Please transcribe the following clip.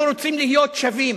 אנחנו רוצים להיות שווים.